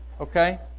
Okay